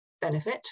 benefit